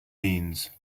means